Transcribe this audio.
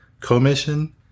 commission